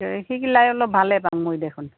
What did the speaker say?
সিগিলাই অলপ ভালে পাম মই দেখোন